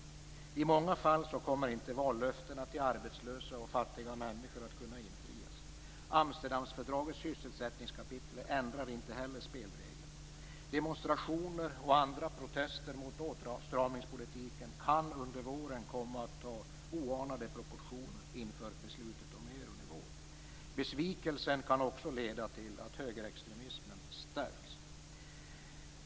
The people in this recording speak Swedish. I många fall kommer inte vallöftena till arbetslösa och fattiga människor att kunna infrias. Amsterdamfördragets sysselsättningskapitel ändrar inte spelreglerna. Demonstrationer och andra protester mot åtstramningspolitiken kan under våren komma att ta oanade proportioner inför beslutet om euron i vår. Besvikelsen kan också leda till att högerextremismen stärks.